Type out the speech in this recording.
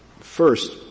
First